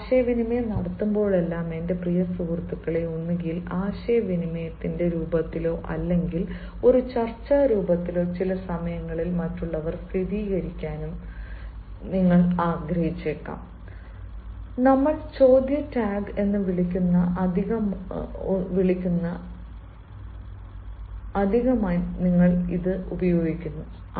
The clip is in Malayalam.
നമ്മൾ ആശയവിനിമയം നടത്തുമ്പോഴെല്ലാം എന്റെ പ്രിയ സുഹൃത്തുക്കളെ ഒന്നുകിൽ ആശയവിനിമയത്തിന്റെ രൂപത്തിലോ അല്ലെങ്കിൽ ഒരു ചർച്ചാ രൂപത്തിലോ ചില സമയങ്ങളിൽ മറ്റുള്ളവർ സ്ഥിരീകരിക്കാനും സ്ഥിരീകരിക്കാനും നിങ്ങൾ ആഗ്രഹിച്ചേക്കാം നമ്മൾ ചോദ്യ ടാഗ് എന്ന് വിളിക്കുന്ന അധികമായി നിങ്ങൾ ഉപയോഗിക്കുന്നു